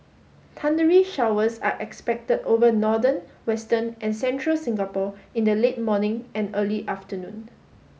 thundery showers are expected over northern western and central Singapore in the late morning and early afternoon